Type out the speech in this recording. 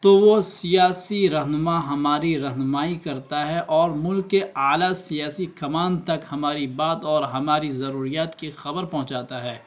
تو وہ سیاسی رہنما ہماری رہنمائی کرتا ہے اور ملک اعلیٰ سیاسی کمان تک ہماری بات اور ہماری ضروریات کی خبر پہنچاتا ہے